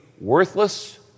worthless